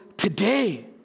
Today